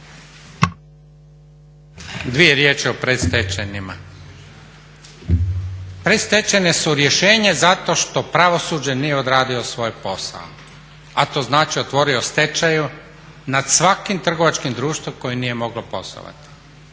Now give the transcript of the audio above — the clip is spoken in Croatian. Dvije riječi o predstečajnima. Predstečajne su rješenje zato što pravosuđe nije odradilo svoj posao, a to znači otvorio stečaj nad svakim trgovačkim društvom koje nije moglo poslovati,